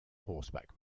horseback